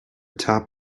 top